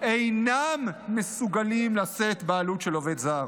אינם מסוגלים לשאת בעלות של עובד זר.